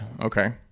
Okay